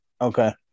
Okay